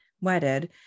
wedded